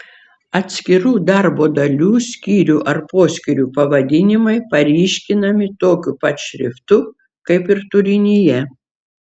atskirų darbo dalių skyrių ar poskyrių pavadinimai paryškinami tokiu pat šriftu kaip ir turinyje